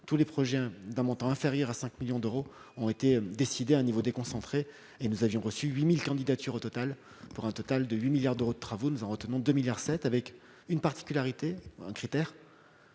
tous les projets d'un montant inférieur à 5 millions d'euros ont été décidés à un niveau déconcentré et nous avions reçu 8 000 candidatures, pour un total de 8 milliards d'euros de travaux. Nous en retenons pour 2,7 milliards d'euros, avec un critère